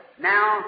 now